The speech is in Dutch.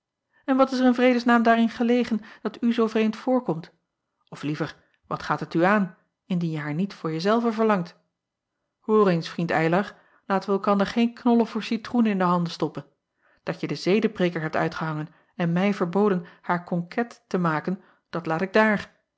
n wat is er in vredes naam daarin gelegen dat u zoo vreemd voorkomt of liever wat gaat het u aan indien je haar niet voor je zelven verlangt oor eens vriend ylar laten wij elkander geen knollen voor citroenen in de handen stoppen at je den zedepreêker hebt uitgehangen en mij verboden haar conquête te maken dat laat ik daar